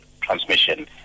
transmission